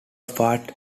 fast